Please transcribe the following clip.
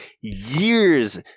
years